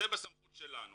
זה בסמכות שלנו.